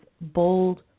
bold